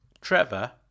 Trevor